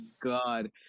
god